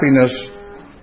Happiness